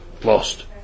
Lost